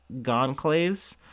Gonclaves